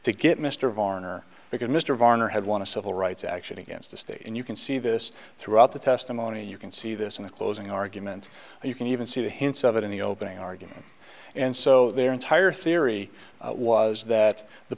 to get mr varner because mr viner had won a civil rights action against the state and you can see this throughout the testimony and you can see this in the closing arguments and you can even see the hints of it in the opening argument and so their entire theory was that the